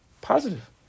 Positive